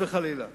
חס וחלילה.